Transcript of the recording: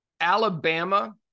Alabama